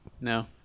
No